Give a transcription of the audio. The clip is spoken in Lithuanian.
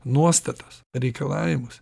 nuostatas reikalavimus